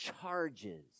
charges